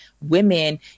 women